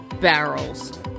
Barrels